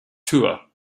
tour